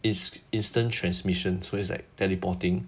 ins~ instant transmission so it's like teleporting